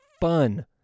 fun